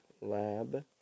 Lab